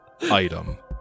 item